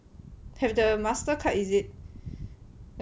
have the Mastercard is it